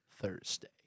Thursday